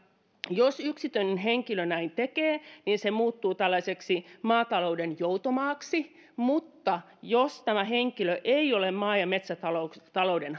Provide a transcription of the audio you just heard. jos yksityinen henkilö näin tekee niin se muuttuu tällaiseksi maatalouden joutomaaksi mutta jos tämä henkilö ei ole maa ja metsätalouden